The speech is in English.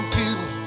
people